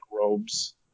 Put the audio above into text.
robes